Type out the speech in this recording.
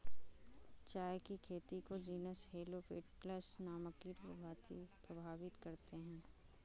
चाय की खेती को जीनस हेलो पेटल्स नामक कीट प्रभावित करते हैं